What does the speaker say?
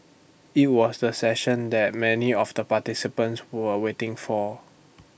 IT was the session that many of the participants were waiting for